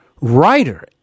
writer